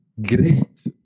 great